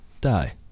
die